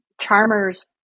Charmers